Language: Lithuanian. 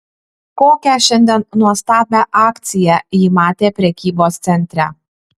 kokią šiandien nuostabią akciją ji matė prekybos centre